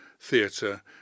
Theatre